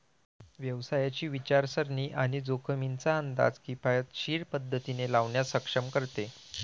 व्यवसायाची विचारसरणी आणि जोखमींचा अंदाज किफायतशीर पद्धतीने लावण्यास सक्षम करते